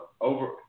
over